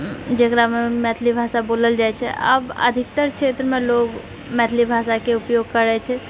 जेकरामे मैथिली भाषा बोलल जाइ छै आब अधिकतर क्षेत्रमे लोक मैथिली भाषाके उपयोग करै छै